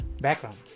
background